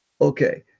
Okay